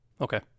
Okay